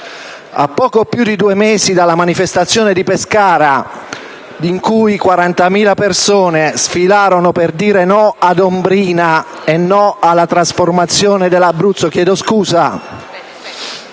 A poco più di due mesi dalla manifestazione di Pescara, in cui 40.000 persone sfilarono per dire no a "Ombrina" e no alla trasformazione dell'Abruzzo... *(Brusìo)*.